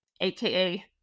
aka